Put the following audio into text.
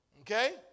Okay